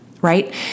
right